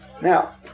Now